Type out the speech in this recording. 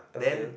okay